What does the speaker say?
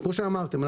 כפי שאמרתם,